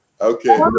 Okay